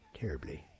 terribly